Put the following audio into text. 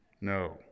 No